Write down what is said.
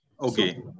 Okay